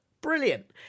Brilliant